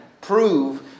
prove